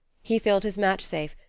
he filled his match safe,